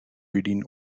reading